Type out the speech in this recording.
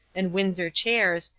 and windsor chairs,